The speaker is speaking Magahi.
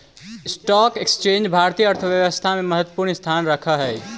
स्टॉक एक्सचेंज भारतीय अर्थव्यवस्था में महत्वपूर्ण स्थान रखऽ हई